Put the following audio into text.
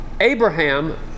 Abraham